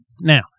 Now